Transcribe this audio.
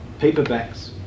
paperbacks